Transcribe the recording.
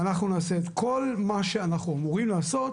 ואנחנו נעשה כל מה שאנחנו אמורים לעשות